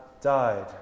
died